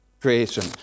creation